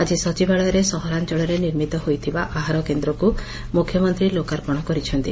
ଆଜି ସଚିବାଳୟରେ ସହରାଅଳରେ ନିର୍ମିତ ହୋଇଥିବା ଆହାର କେନ୍ଦ୍ରକୁ ମୁଖ୍ୟମନ୍ତୀ ଲୋକାର୍ପଶ କରିଛନ୍ତି